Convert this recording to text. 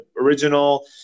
original